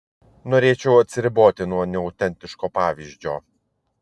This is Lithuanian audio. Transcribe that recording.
norėčiau atsiriboti nuo neautentiško pavyzdžio